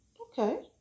Okay